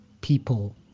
people